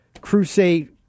Crusade